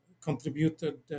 contributed